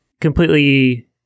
completely